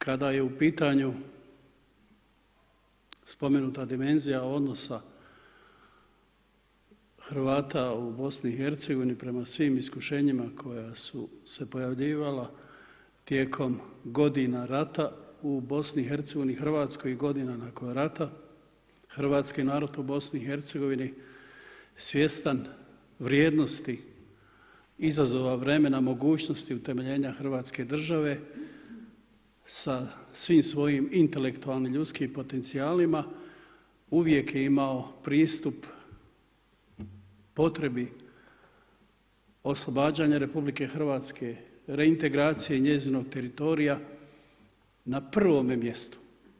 Kada je u pitanju spomenuta dimenzija odnosa Hrvata u BIH prema svim iskušenjima koja su se pojavljivala tijekom godina rata u BIH, Hrvatskoj godini nakon rata, hrvatski narod u BIH svjestan vrijednosti izazova vremena mogućnosti utemeljenja Hrvatske države, sa svim svojim intelektualnim ljudskim potencijalima, uvijek je imao pristup potrebi oslobađanja RH, reintegracije i njezinog teritorija, na prvome mjestu.